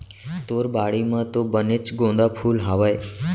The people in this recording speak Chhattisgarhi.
तोर बाड़ी म तो बनेच गोंदा फूल हावय